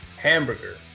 Hamburger